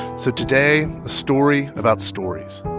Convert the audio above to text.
so today a story about stories,